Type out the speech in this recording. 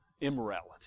immorality